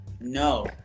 No